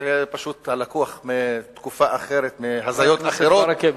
זה פשוט לקוח מתקופה אחרת, מהזיות אחרות.